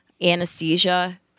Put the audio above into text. Anesthesia